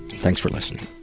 thanks for listening.